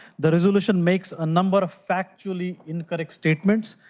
the resolution makes a number of factually incorrect statements.